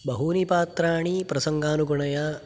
बहूनि पात्राणि प्रसङ्गानुगुणया